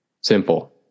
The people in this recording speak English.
simple